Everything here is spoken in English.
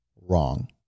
wrong